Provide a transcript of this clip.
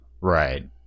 Right